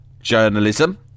journalism